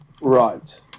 Right